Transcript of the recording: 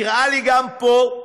נראה לי שגם פה,